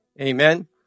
Amen